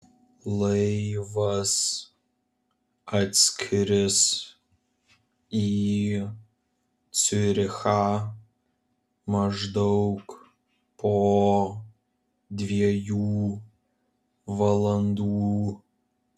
laivas atskris į ciurichą maždaug po dviejų valandų